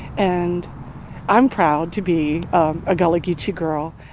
and i'm proud to be a gullah-geechee girl,